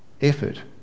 effort